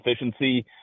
efficiency